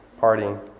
partying